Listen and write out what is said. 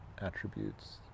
attributes